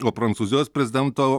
o prancūzijos prezidento